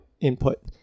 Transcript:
input